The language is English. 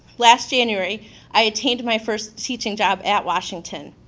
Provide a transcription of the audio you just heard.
last january i attained my first teaching job at washington,